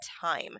time